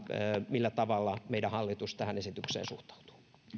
millä tavalla meidän hallitus tähän esitykseen suhtautuu